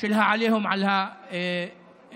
של העליהום על הדרום.